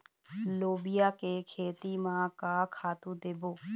लोबिया के खेती म का खातू देबो?